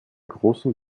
großen